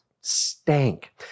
Stank